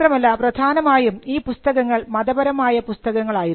മാത്രമല്ല പ്രധാനമായും ഈ പുസ്തകങ്ങൾ മതപരമായ പുസ്തകങ്ങളായിരുന്നു